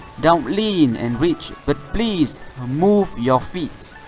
don't lean and reach, but please move your feet.